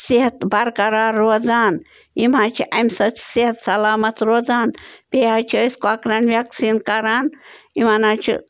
صحت برقرار روزان یِم حظ چھِ اَمہِ سۭتۍ صحت سلامَت روزان بیٚیہِ حظ چھِ أسۍ کۄکرَن وٮ۪کسیٖن کران یِمَن حظ چھِ